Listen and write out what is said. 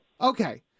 Okay